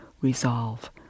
resolve